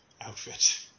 outfit